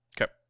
Okay